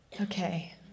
Okay